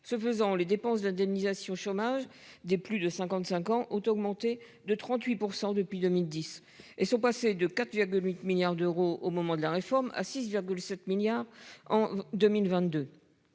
Ce faisant, les dépenses d'indemnisation chômage des plus de 55 ans ont augmenté de 38% depuis 2010 et sont passés de quatre de 8 milliards d'euros au moment de la réforme à 6,7 milliards en 2022.